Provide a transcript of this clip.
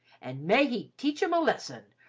an' may he teach em a lesson,